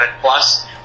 plus